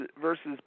versus